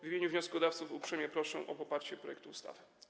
W imieniu wnioskodawców uprzejmie proszę o poparcie projektu ustawy.